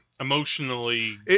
Emotionally